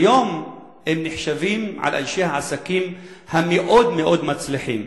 היום הם נחשבים לאנשי עסקים מאוד-מאוד מצליחים.